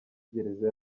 gereza